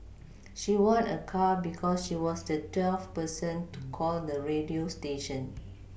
she won a car because she was the twelfth person to call the radio station